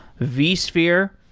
vsphere.